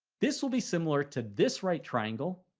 this will be similar to this right triangle,